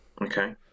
Okay